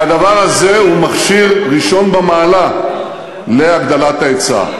והדבר הזה הוא מכשיר ראשון במעלה להגדלת ההיצע.